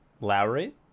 Lowry